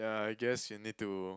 yeah I guess you need to